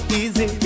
easy